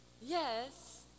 Yes